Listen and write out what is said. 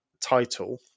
title